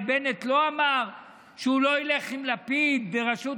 בנט לא אמר שהוא לא ילך עם לפיד בראשות